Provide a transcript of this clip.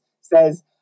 says